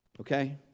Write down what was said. Okay